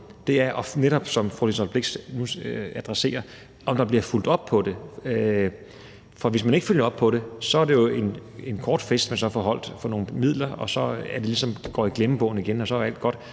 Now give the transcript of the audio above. det, som fru Liselott Blixt nu adresserer, nemlig at vi glemmer at følge op på det. For hvis man ikke følger op på det, er det jo en kortvarig fest, man får holdt for nogle midler, og så går det ligesom i glemmebogen igen, og så er alt godt.